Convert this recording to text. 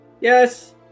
Yes